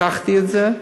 הבטחתי את זה,